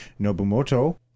Nobumoto